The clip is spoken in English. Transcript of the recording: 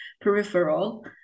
peripheral